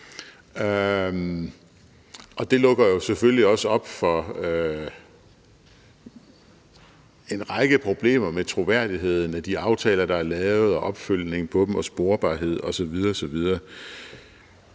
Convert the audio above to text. Det lukker jo selvfølgelig også op for en række problemer med troværdigheden af de aftaler, der er lavet, og opfølgning på dem og sporbarhed osv. osv.